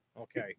Okay